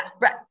right